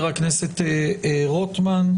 הכנסת רוטמן.